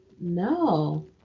No